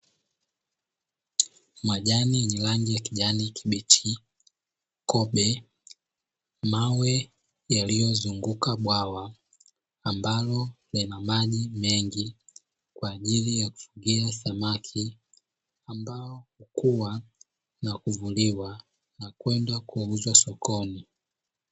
Majani yenye rangi ya kijani kibichi, kobe, mawe yaliyozunguka bwawa, ambalo lina maji mengi kwa ajili ya kufugia samaki, ambao hukua na kuvuliwa na kwenda kuuzwa sokoni.